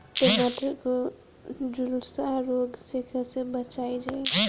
टमाटर को जुलसा रोग से कैसे बचाइल जाइ?